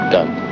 Done